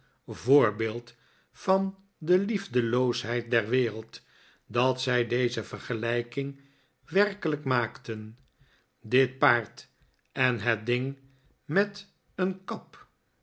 voorbeeld van de liefdeloosheid der wereld dat zij deze vergelijking werkelijk maakten di't paard en het ding met een kap